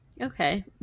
Okay